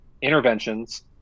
interventions